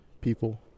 people